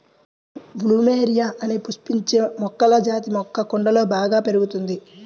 plumeria అనే పుష్పించే మొక్కల జాతి మొక్క కుండలలో బాగా పెరుగుతుంది